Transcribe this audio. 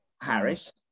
Harris